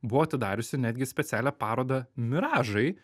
buvo atidariusi netgi specialią parodą miražai